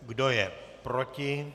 Kdo je proti?